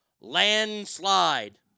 Landslide